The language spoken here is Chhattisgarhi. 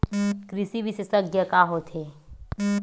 कृषि विशेषज्ञ का होथे?